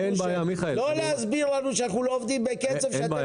לא להסביר לנו שאנחנו לא עובדים בקצב שאתם